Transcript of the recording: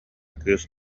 кыыс